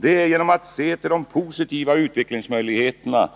Det är genom att se till de positiva utvecklingsmöjligheter